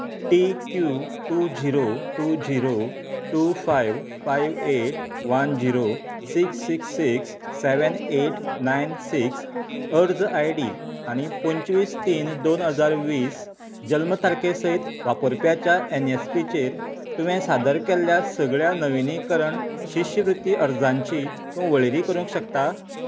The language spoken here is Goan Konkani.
T Q two zero two zero two five five eight one zero six six six seven eight nine six अर्ज आयडी आनी पंचवीस तीन दोन हजार वीस जल्म तारखे सयत वापरप्याच्या एनएसपीचेर तुवें सादर केल्ल्या सगळ्या नविनीकरण शिश्यवृत्ती अर्जांची तूं वळेरी करूंक शकता